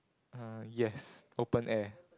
ah yes open air